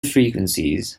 frequencies